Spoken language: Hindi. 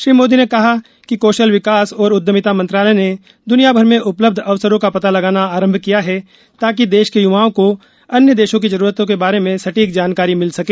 श्री मोदी ने कहा कि कौशल विकास और उद्यमिता मंत्रालय ने दुनियाभर में उपलब्ध अवसरों का पता लगाना आरंभ किया है ताकि देश के युवाओं को अन्य देशों की जरूरतों के बारे में स्टीक जानकारी मिल सके